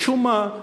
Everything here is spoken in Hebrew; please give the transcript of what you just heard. משום מה,